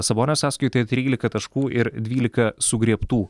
sabonio sąskaitoje trylika taškų ir dvylika sugriebtų